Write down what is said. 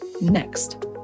next